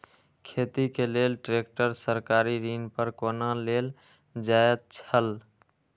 खेती के लेल ट्रेक्टर सरकारी ऋण पर कोना लेल जायत छल?